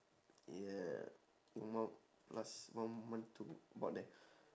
yeah one month plus one month to about there